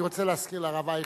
אני רוצה להזכיר לרב אייכלר,